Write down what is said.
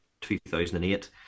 2008